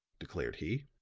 declared he.